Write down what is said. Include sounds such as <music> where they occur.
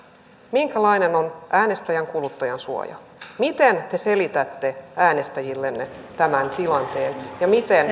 minkälainen on äänestäjän kuluttajansuoja miten te selitätte äänestäjillenne tämän tilanteen ja miten <unintelligible>